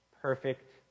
perfect